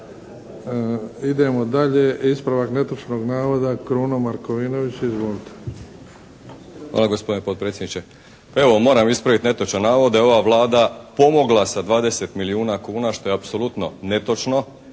Idemo dalje. Ispravak netočnog navoda Kruno Markovinović. Izvolite.